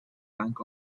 plank